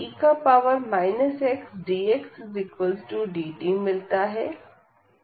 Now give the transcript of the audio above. e xt से e xdxdt मिलता है